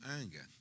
anger